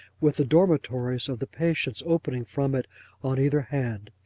with the dormitories of the patients opening from it on either hand.